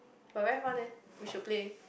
but very fun eh we should play